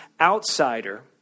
outsider